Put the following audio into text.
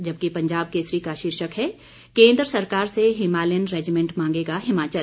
जबकि पंजाब केसरी का शीर्षक है केन्द्र सरकार से हिमालयन रेजिमेंट मांगेगा हिमाचल